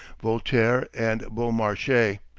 voltaire and beaumarchais.